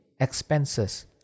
expenses